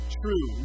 true